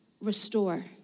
restore